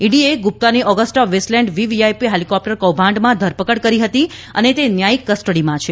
ઇડીએ ગુપ્તાની Augusta Westland VVIP helicopter કૌભાંડમાં ધરપકડ કરી હતી અને તે ન્યાયિક કસ્ટડીમાં છે